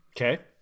Okay